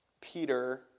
Peter